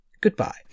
Goodbye